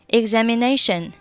examination